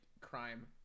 crime